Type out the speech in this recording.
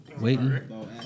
Waiting